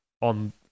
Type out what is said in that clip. on